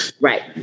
Right